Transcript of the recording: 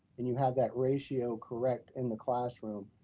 and you have that ratio correct in the classroom.